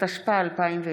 התשפ"א 2020,